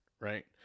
right